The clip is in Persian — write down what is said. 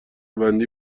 بندی